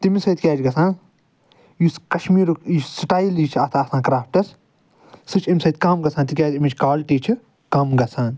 تَمہِ سۭتۍ کیٛاہ چھُ گَژھان یُس کَشمیٖرُک یُس سٹایلٕے چھُ اَتھ آسان کرٛافٹَس سُہ چھُ اَمہِ سۭتۍ کم گَژھان تِکیٛاز أمچۍ کوالٹی چھِ کم گَژھان